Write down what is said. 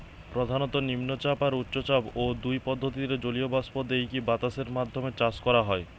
প্রধানত নিম্নচাপ আর উচ্চচাপ, ঔ দুই পদ্ধতিরে জলীয় বাষ্প দেইকি বাতাসের মাধ্যমে চাষ করা হয়